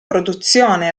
produzione